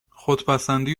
خودپسندی